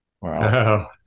wow